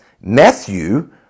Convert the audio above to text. Matthew